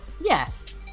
Yes